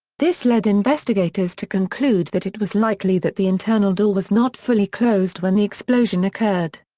this led investigators to conclude that it was likely that the internal door was not fully closed when the explosion occurred.